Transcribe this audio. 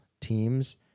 teams